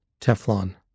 Teflon